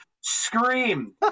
scream